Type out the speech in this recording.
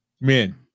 men